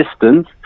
distance